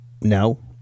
No